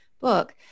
book